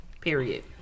Period